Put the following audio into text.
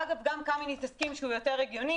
אגב, גם קמיניץ הסכים שהוא יותר הגיוני.